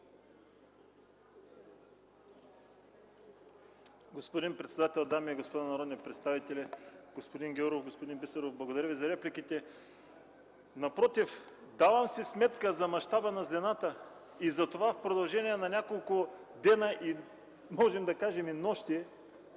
Господин председател, дами и господа народни представители! Господин Гяуров, господин Бисеров – благодаря Ви за репликите. Напротив, давам си сметка за мащаба на злината и затова в продължение на няколко дни, и можем да кажем – и нощи,